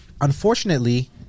Unfortunately